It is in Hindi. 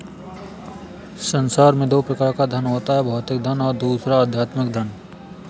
संसार में दो प्रकार का धन होता है भौतिक धन और दूसरा आध्यात्मिक धन